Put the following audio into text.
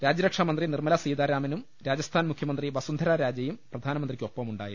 രാജ്യരക്ഷാമന്ത്രി നിർമ്മല സീതാരാമനും രാജസ്ഥാൻ മുഖ്യമന്ത്രി വസുന്ധര രാജെയും പ്രധാനമന്ത്രിക്കൊപ്പമുണ്ടായിരുന്നു